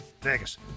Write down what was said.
Vegas